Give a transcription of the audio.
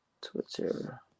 Twitter